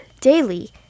daily